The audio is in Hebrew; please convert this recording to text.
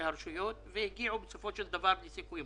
הרשויות והגיעו בסופו של דבר לסיכומים.